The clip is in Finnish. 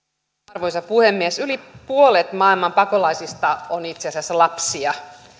arvoisa puhemies yli puolet maailman pakolaisista on itse asiassa lapsia